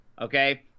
Okay